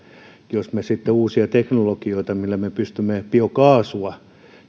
jos me sitten saamme aikaan uusia teknologioita millä me me pystymme biokaasua